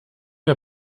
wir